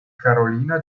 carolina